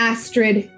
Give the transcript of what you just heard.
Astrid